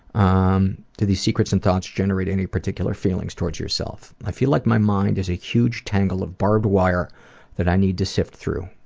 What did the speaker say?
um these secrets and thoughts generate any particular feelings towards yourself? i feel like my mind is a huge tangle of barbed wire that i need to sift through,